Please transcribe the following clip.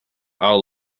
are